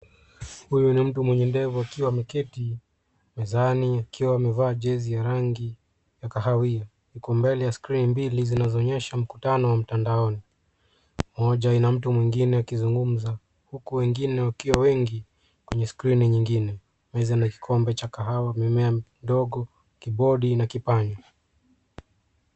Huyu ni mtu mwenye ndevu akiwa ameketi mezani akiwa amevaa jezi ya rangi ya kahawia. Yuko mbele ya skrini mbili zinazoonyesha mkutano wa mtandaoni. Moja ina mtu mwingine akizungumza huku wengine wakiwa wengi kwenye skrini nyingine. Meza na kikombe cha kahawa, mimea ndogo, kibodi na kipanya.